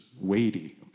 weighty